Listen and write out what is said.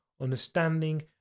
understanding